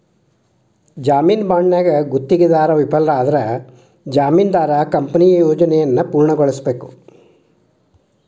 ಜಾಮೇನು ಬಾಂಡ್ನ್ಯಾಗ ಗುತ್ತಿಗೆದಾರ ವಿಫಲವಾದ್ರ ಜಾಮೇನದಾರ ಕಂಪನಿಯ ಯೋಜನೆಯನ್ನ ಪೂರ್ಣಗೊಳಿಸಬೇಕ